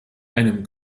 einem